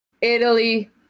italy